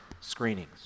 screenings